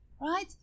right